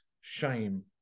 shame